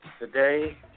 today